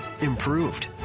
Improved